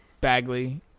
Bagley